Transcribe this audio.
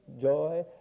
joy